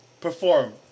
perform